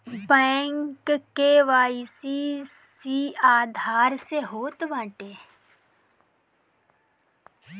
bank KYC Aadhaar से होत बाटे